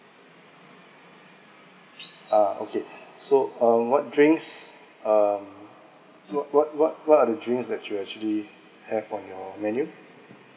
ah okay so what drinks uh what what what are the drinks that you actually have on your menu